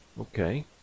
Okay